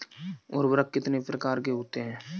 उर्वरक कितने प्रकार के होते हैं?